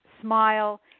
smile